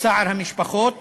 בצער המשפחות